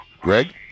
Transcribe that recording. Greg